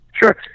Sure